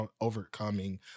overcoming